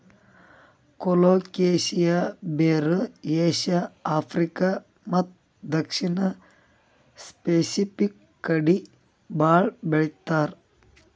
colocasia ಬೇರ್ Asia, Africa ಮತ್ತ್ ದಕ್ಷಿಣ್ ಸ್ಪೆಸಿಫಿಕ್ ಕಡಿ ಭಾಳ್ ಬೆಳಿತಾರ್